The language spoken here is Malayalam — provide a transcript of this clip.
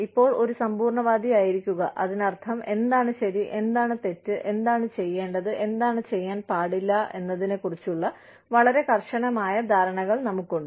ഇപ്പോൾ ഒരു സമ്പൂർണ്ണവാദി ആയിരിക്കുക അതിനർത്ഥം എന്താണ് ശരി എന്താണ് തെറ്റ് എന്താണ് ചെയ്യേണ്ടത് എന്ത് ചെയ്യാൻ പാടില്ല എന്നതിനെക്കുറിച്ചുള്ള വളരെ കർശനമായ ധാരണകൾ നമുക്കുണ്ട്